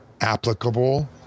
applicable